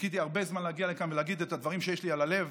חיכיתי הרבה זמן להגיע לכאן ולהגיד את הדברים שיש לי על הלב.